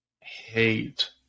hate